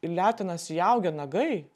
letenas įaugę nagai